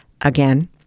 again